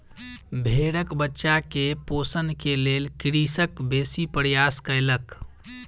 भेड़क बच्चा के पोषण के लेल कृषक बेसी प्रयास कयलक